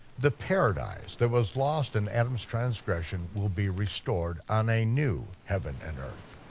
the paradise that was lost in adam's transgression will be restored on a new heaven and earth.